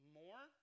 more